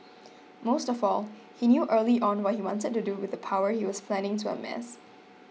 most of all he knew early on what he wanted to do with the power he was planning to amass